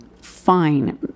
fine